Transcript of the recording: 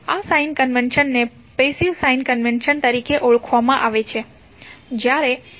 આ સાઇન કન્વેશનને passive sign convention તરીકે ઓળખવામાં આવે છે